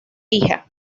hija